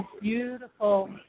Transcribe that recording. beautiful